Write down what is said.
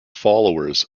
followers